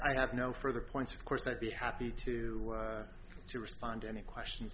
i have no further points of course i'd be happy to to respond to any questions